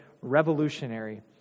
revolutionary